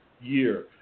year